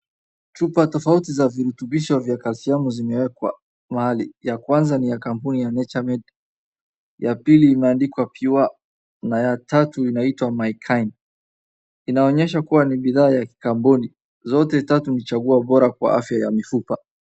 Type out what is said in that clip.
Chupa tofauti za virutumbisho vya kalsiamu zimewekwa mahali. Ya kwanza ni ya kampuni ya Nature made ya pili imeandikwa Pure na ya tatu inaitwa Mykind. Inaonyesha kua ni bidhaa ya kikampuni zote tatu ni chaguo bora kwa afya ya mifupa.